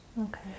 Okay